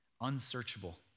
unsearchable